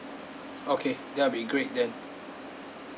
okay that'll be great then